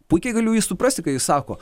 puikiai galiu jį suprasti kai jis sako